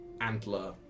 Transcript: antler